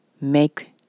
make